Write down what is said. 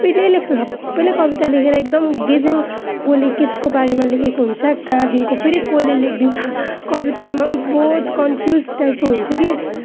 सबैले लेख्छ सबैले कविता लेखेर एकदम गेजेङ कसले केसको बारेमा लेखेको हुन्छ कहाँदेखिन्को फेरि कसले लेखिदिन्छ कवितामा पनि बहुत कन्फ्युज टाइपको हुन्छ कि